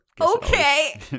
okay